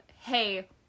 hey